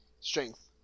Strength